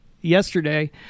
yesterday